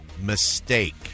mistake